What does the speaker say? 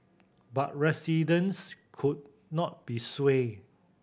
but residents could not be swayed